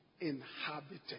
inhabited